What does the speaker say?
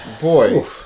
Boy